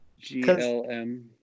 GLM